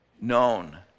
known